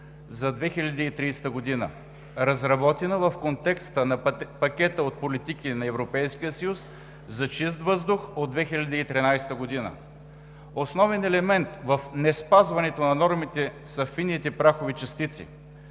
за 2030 г., разработена в контекста на пакета от политики на Европейския съюз за чист въздух от 2013 г. Основен елемент в неспазването на нормите са фините прахови частици,